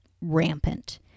rampant